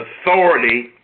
authority